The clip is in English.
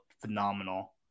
phenomenal